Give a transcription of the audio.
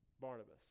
Barnabas